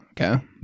Okay